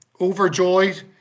overjoyed